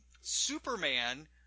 superman